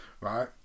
right